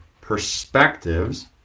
perspectives